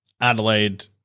Adelaide